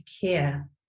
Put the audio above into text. care